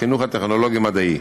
החינוך הטכנולוגי-מדעי.